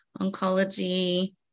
oncology